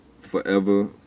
Forever